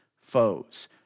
foes